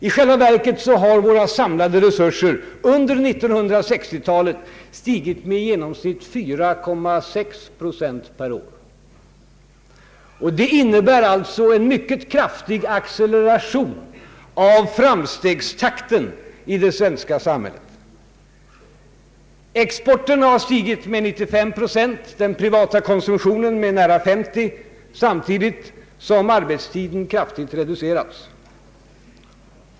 I själva verket har våra samlade resurser under 1960-talet stigit med i genomsnitt 4,6 procent per år, och det innebär alltså en mycket kraftig acceleration av framstegstakten i det svenska samhället. Exporten har stigit med 95 procent, den privata konsumtionen med nära 50 procent, samtidigt som arbetstiden kraftigt reducerats.